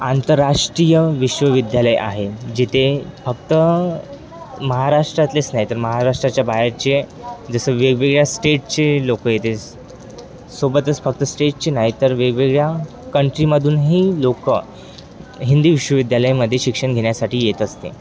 आंतरराष्ट्रीय विश्वविद्यालय आहे जिथे फक्त महाराष्ट्रातलेच नाही तर महाराष्ट्राच्या बाहेरचे जसं वेगवेगळ्या स्टेटचे लोक येते सोबतच फक्त स्टेटची नाही तर वेगवेगळ्या कंट्रीमधूनही लोक हिंदी विश्वविद्यालयामध्ये शिक्षण घेण्यासाठी येत असते